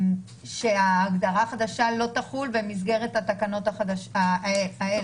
שההגדרה החדשה לא תחול במסגרת התקנות האלה.